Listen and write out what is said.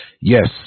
Yes